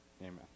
Amen